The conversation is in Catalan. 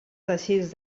teixits